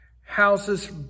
houses